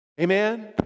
Amen